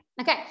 okay